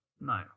No